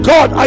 God